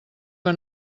que